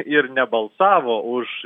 ir nebalsavo už